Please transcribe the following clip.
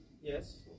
Yes